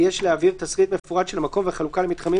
יש להעביר תשריט מפורט של המקום והחלוקה למתחמים